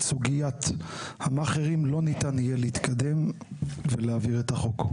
סוגיית המאכרים לא ניתן יהיה להתקדם ולהעביר את החוק.